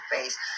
face